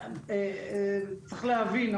צריך להבין,